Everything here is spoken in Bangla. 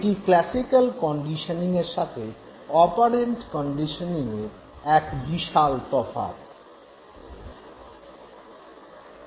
এটি ক্লাসিক্যাল কন্ডিশনিঙের সাথে অপারেন্ট কন্ডিশনিঙের এক বিশাল তফাৎ